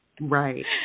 right